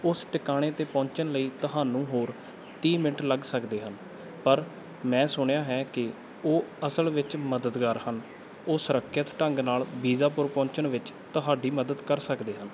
ਉਸ ਟਿਕਾਣੇ 'ਤੇ ਪਹੁੰਚਣ ਲਈ ਤੁਹਾਨੂੰ ਹੋਰ ਤੀਹ ਮਿੰਟ ਲੱਗ ਸਕਦੇ ਹਨ ਪਰ ਮੈਂ ਸੁਣਿਆ ਹੈ ਕਿ ਉਹ ਅਸਲ ਵਿੱਚ ਮਦਦਗਾਰ ਹਨ ਉਹ ਸੁਰੱਖਿਅਤ ਢੰਗ ਨਾਲ ਬੀਜਾਪੁਰ ਪਹੁੰਚਣ ਵਿੱਚ ਤੁਹਾਡੀ ਮਦਦ ਕਰ ਸਕਦੇ ਹਨ